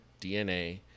DNA